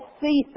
see